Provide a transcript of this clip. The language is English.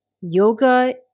Yoga